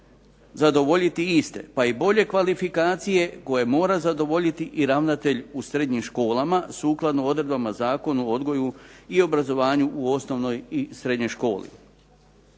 zadovoljiti iste pa je bolje kvalifikacije koje mora zadovoljiti i ravnatelj u srednjim školama sukladno odredbama Zakona o odgoju i obrazovanju u osnovnoj i srednjoj školi.